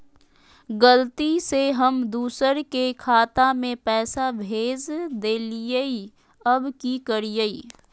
गलती से हम दुसर के खाता में पैसा भेज देलियेई, अब की करियई?